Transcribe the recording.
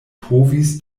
povis